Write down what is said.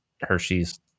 Hershey's